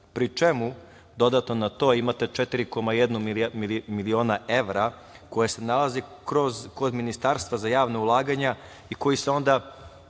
pri čemu dodato na to imate 4,1 milion evra koji se nalazi kod Ministarstva za javna ulaganja i onda